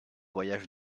voyage